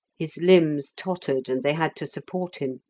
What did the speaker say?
his limbs tottered, and they had to support him.